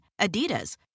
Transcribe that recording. Adidas